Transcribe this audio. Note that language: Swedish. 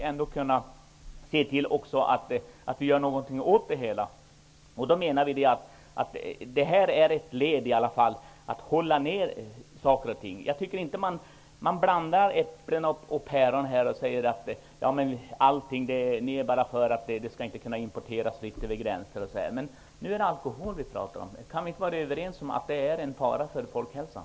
Genom vissa restriktioner bör vi hålla konsumtionen nere. Här blandas äpplen och päron när det sägs: Socialdemokraterna är för en politik som innebär att man inte fritt skall kunna importera över gränser. Men nu är det alkohol vi diskuterar. Kan vi inte vara överens om att alkohol utgör en fara för folkhälsan?